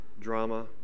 drama